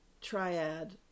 triad